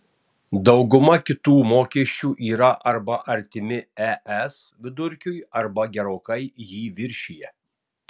dauguma kitų mokesčių yra arba artimi es vidurkiui arba gerokai jį viršija